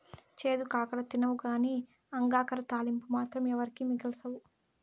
చేదు కాకర తినవుగానీ అంగాకర తాలింపు మాత్రం ఎవరికీ మిగల్సవు